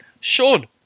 Sean